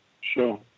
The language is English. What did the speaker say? Sure